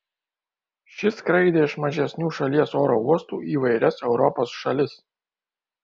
ši skraidė iš mažesnių šalies oro uostų į įvairias europos šalis